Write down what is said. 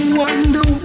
wonder